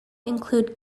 include